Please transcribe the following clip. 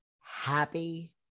happy